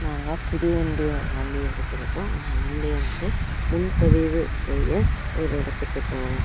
நாங்கள் புது வண்டி வண்டி எடுத்துருக்கோம் அந்த வண்டியை வந்து முன்பதிவு செய்ய ஒரு இடத்துக்கு போறோம்